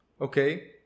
Okay